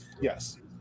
yes